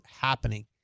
happening